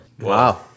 Wow